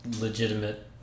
legitimate